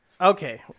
Okay